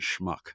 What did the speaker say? schmuck